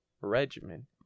regimen